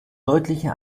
deutlichen